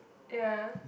ya